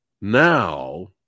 now